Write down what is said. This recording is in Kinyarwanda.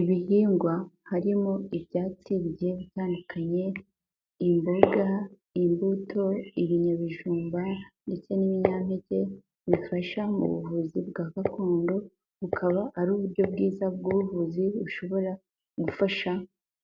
Ibihingwa harimo ibyatsi bigiye bitandukanye imboga, imbuto, ibinyabijumba ndetse n'ibinyampeke bifasha mu buvuzi bwa gakondo, bukaba ari uburyo bwiza bw'ubuvuzi bushobora gufasha